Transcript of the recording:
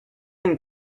and